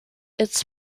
its